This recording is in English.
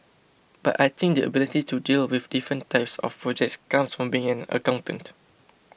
but I think the ability to deal with different types of projects comes from being an accountant